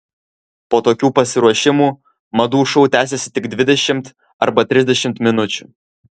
po tokių pasiruošimų madų šou tęsiasi tik dvidešimt arba trisdešimt minučių